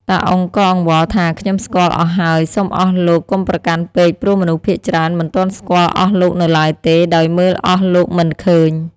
តាអ៊ុងក៏អង្វរថា "ខ្ញុំស្គាល់អស់ហើយ សុំអស់លោកកុំប្រកាន់ពេក ព្រោះមនុស្សភាគច្រើនមិនទាន់ស្គាល់អស់លោកនៅឡើយទេ ដោយមើលអស់លោកមិនឃើញ